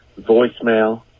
voicemail